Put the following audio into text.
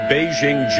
Beijing